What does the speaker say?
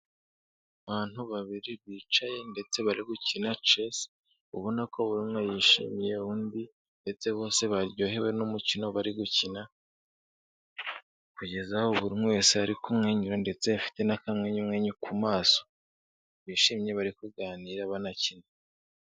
Abantu babiri bicaye ndetse bari gukina chesse ubona ko buri umwe yishimiye undi ndetse bose baryohewe n'umukino bari gukina, kugeza aho buri umwe wese ari kumwenyura ndetse afite n'akamwenyumwenyu ku maso, bishimye bari kuganira banakina.